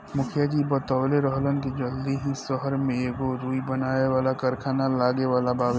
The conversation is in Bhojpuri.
मुखिया जी बतवले रहलन की जल्दी ही सहर में एगो रुई बनावे वाला कारखाना लागे वाला बावे